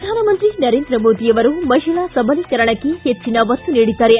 ಪ್ರಧಾನಮಂತ್ರಿ ನರೇಂದ್ರ ಮೋದಿ ಅವರು ಮಹಿಳಾ ಸಬಲೀಕರಣಕ್ಕೆ ಹೆಚ್ಚಿನ ಒತ್ತು ನೀಡಿದ್ದಾರೆ